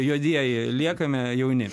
juodieji liekame jauni